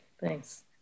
thanks